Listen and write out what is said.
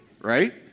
Right